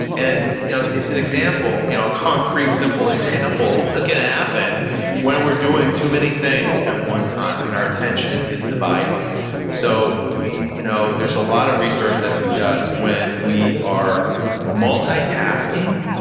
and you know it's an example, you know a concrete, simple example. what can happen when we're doing too many things at one time and our attention is divided so you know there's a lot of research that suggests when we are multitasking,